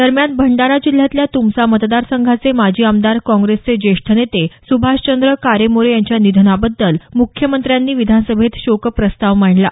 दरम्यान भंडारा जिल्ह्यातल्या तुमसा मतदारसंघाचे माजी आमदार काँग्रेसचे ज्येष्ठ नेते सुभाषचंद्र कारेमोरे यांच्या निधनाबद्दल मुख्यमंत्र्यांनी विधानसभेत शोकप्रस्ताव मांडला